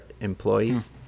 employees